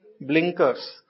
blinkers